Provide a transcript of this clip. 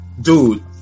Dude